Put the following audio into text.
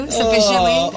sufficiently